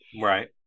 Right